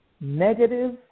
negative